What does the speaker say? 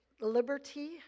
liberty